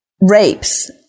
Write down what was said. rapes